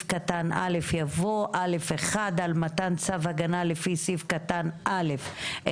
קטן (א) יבוא: "(א1)על מתן צו הגנה לפי סעיף קטן (א)(1)